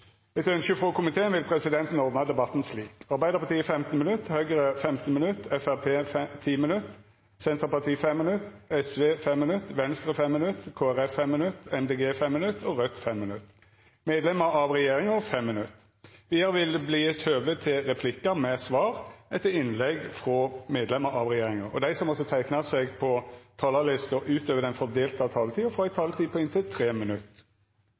vil presidenten ordna debatten slik: Arbeidarpartiet 15 minutt, Høgre 15 minutt, Framstegspartiet 10 minutt, Senterpartiet 5 minutt, Sosialistisk Venstreparti 5 minutt, Venstre 5 minutt, Kristeleg Folkeparti 5 minutt, Miljøpartiet Dei Grøne 5 minutt, Raudt 5 minutt og medlemar av regjeringa 5 minutt. Vidare vil det verta gjeve høve til replikkar med svar etter innlegg frå medlemar av regjeringa, og dei som måtte teikna seg på talarlista utover den fordelte taletida, får ei taletid på inntil 3 minutt.